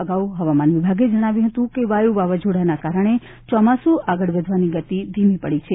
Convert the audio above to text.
અગાઉ હવામાન વિભાગે જણાવ્યું હતું કે વાયુ વાવાઝોડાના કારણે ચોમાસુ આગળ વધવાની ગતિ ધીમી પડી છે